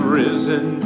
risen